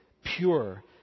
pure